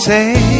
say